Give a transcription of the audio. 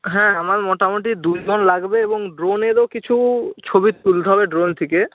হ্যাঁ আমার মোটামুটি দুজন লাগবে এবং ড্রোনেরও কিছু ছবি তুলতে হবে ড্রোন থেকে